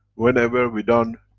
whenever we done